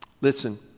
Listen